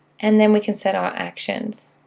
and then we can set our actions.